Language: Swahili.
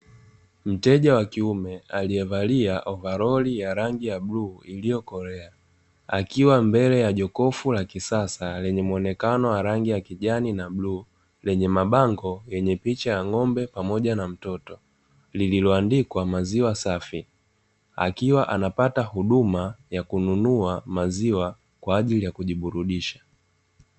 Mteja wa kiume, aliyevalia ovaroli ya rangi ya bluu iliyokolea, akiwa mble ya jokofu la kisasa lenye mwonekano wa rangi ya kijani na bluu, lenye mabango yenye picha ya mtoto na ng'ombe, likiandikwa maziwa safi, akiwa anapata huduma ya kununua maziwa kwa ajili ya kujiburudisha.